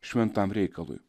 šventam reikalui